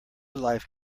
life